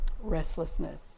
restlessness